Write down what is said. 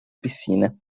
piscina